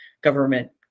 government